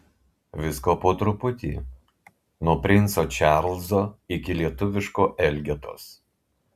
visko po truputį nuo princo čarlzo iki lietuviško elgetos